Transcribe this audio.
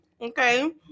Okay